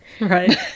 Right